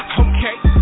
okay